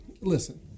Listen